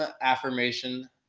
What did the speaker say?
affirmation